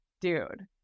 dude